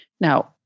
Now